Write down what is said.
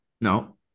no